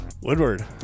Woodward